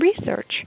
research